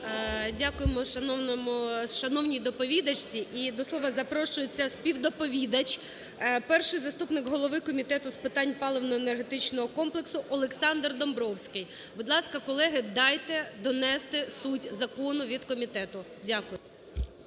Дякуємо шановній доповідачці. І до слова запрошується співдоповідач, перший заступник голови Комітету з питань паливно-енергетичного комплексу Олександр Домбровський. Будь ласка, колеги, дайте донести суть закону від комітету. Дякую.